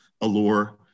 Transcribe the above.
allure